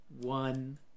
one